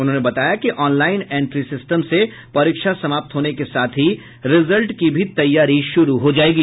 उन्होंने बताया कि ऑनलाइन इंट्री सिस्टम से परीक्षा समाप्त होने के साथ ही रिजल्ट की भी तैयारी शुरू हो जायेगी